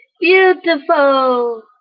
beautiful